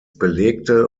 belegte